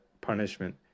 punishment